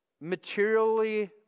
materially